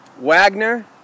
Wagner